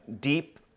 deep